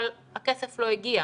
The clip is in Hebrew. אבל הכסף לא הגיע,